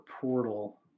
portal